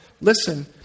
Listen